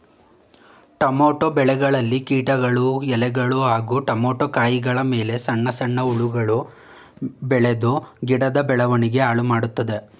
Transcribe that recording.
tomato ಬೆಳೆಯಲ್ಲಿ ಕೀಟಗಳು ಎಲೆಗಳು ಹಾಗೂ ಟಮೋಟ ಕಾಯಿಗಳಮೇಲೆ ಸಣ್ಣ ಸಣ್ಣ ಹುಳಗಳು ಬೆಳ್ದು ಗಿಡದ ಬೆಳವಣಿಗೆ ಹಾಳುಮಾಡ್ತದೆ